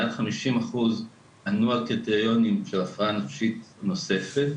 מעל 50% ענו על קריטריונים של הפרעה נפשית נוספת,